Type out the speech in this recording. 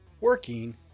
working